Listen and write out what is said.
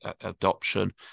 adoption